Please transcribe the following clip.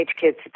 kids